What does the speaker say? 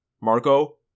Marco